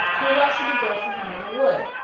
but why should he go for him in the wood?